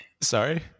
Sorry